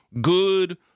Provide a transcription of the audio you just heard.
good